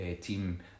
team